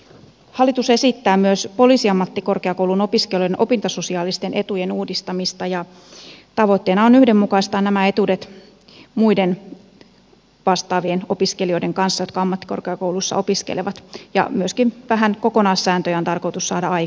hallitus esittää myös poliisiammattikorkeakoulun opiskelijoiden opintososiaalisten etujen uudistamista ja tavoitteena on yhdenmukaistaa nämä etuudet muiden vastaavien opiskelijoiden kanssa jotka ammattikorkeakouluissa opiskelevat ja myöskin vähän kokonaissäästöjä on tarkoitus saada aikaan